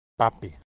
papi